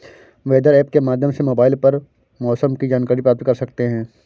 weather app के माध्यम से मोबाइल पर मौसम की जानकारी प्राप्त कर सकते हैं